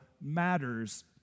matters